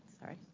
sorry